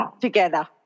Together